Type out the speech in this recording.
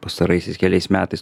pastaraisiais keliais metais